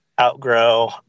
outgrow